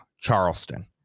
Charleston